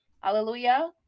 Hallelujah